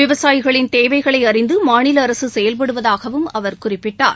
விவசாயிகளின் தேவைகளை அறிந்து மாநில அரசு செயல்படுவதாகவும் அவர் குறிப்பிட்டார்